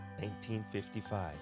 1955